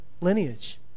lineage